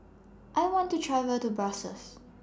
I want to travel to Brussels